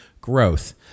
growth